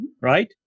Right